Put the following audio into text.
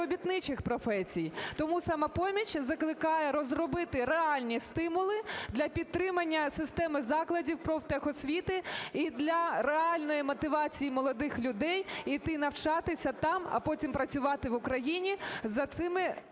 Тому "Самопоміч" закликає розробити реальні стимули для підтримання системи закладів профтехосвіти і для реальної мотивації молодих людей іти навчатися там, а потім працювати в Україні за цими, так